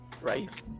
right